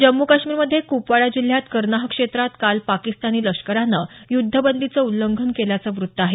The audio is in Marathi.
जम्मू काश्मीरमध्ये कुपवाडा जिल्ह्यात कर्नाह क्षेत्रात काल पाकिस्तानी लष्करानं युद्धबंदीचं उल्लंघन केल्याचं वृत्त आहे